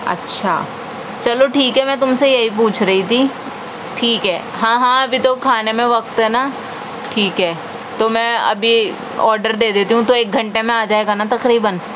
اچھا چلو ٹھیک ہے میں تم سے یہی پوچھ رہی تھی ٹھیک ہے ہاں ہاں ابھی تو کھانے میں وقت ہے نا ٹھیک ہے تو میں ابھی آرڈر دے دیتی ہوں تو ایک گھنٹے میں آ جائے گا نا تقریباً